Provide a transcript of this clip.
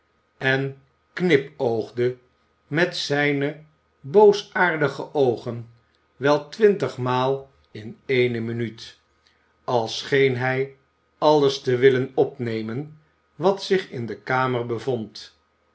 en knipoogde met zijne boosaardige oogen wel twintigmaal in eene minuut als scheen hij alles te willen opnemen wat zich in de kamer bevond